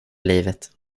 livet